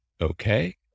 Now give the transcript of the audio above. okay